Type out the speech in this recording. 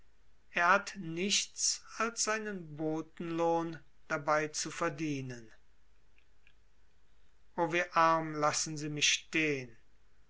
er hat nichts als sein botenlohn dabei zu verdienen o wie arm lassen sie mich stehn